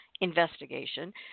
investigation